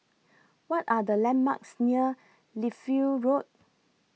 What Are The landmarks near Lichfield Road